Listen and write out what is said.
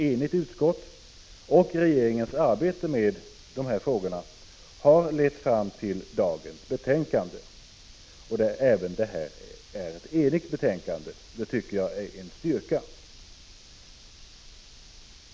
Med det beslut som riksdagen i dag i stor enighet kommer att fatta kommer även denna grupps problem i de flesta fall att kunna lösas. Att utskottet är enigt tycker jag är en styrka.